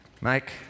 Mike